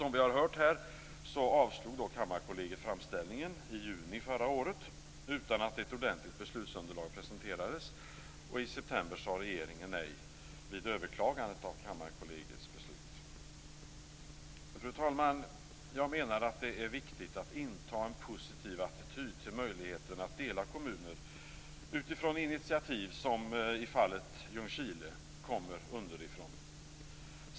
Som vi har hört här avslog Kammarkollegiet framställningen i juni förra året utan att ett ordentligt beslutsunderlag presenterades, och i september sade regeringen nej vid överklagandet av Kammarkollegiets beslut. Fru talman! Jag menar att det är viktigt att inta en positiv attityd till möjligheten att dela kommuner utifrån initiativ som i fallet Ljungskile kommer underifrån.